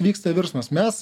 vyksta virsmas mes